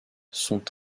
sont